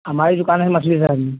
हमारी दुकान है मछली बजार में